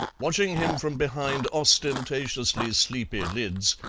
watching him from behind ostentatiously sleepy lids,